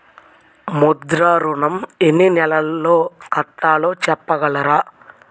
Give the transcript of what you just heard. ముద్ర ఋణం ఎన్ని నెలల్లో కట్టలో చెప్పగలరా?